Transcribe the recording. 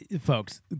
Folks